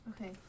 Okay